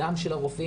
גם של הרופאים.